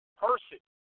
person